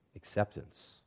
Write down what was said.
Acceptance